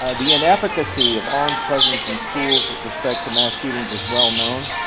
ah the inefficacy of armed presence in schools with respect to mass shootings as well known.